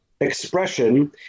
expression